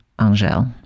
Angel